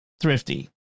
thrifty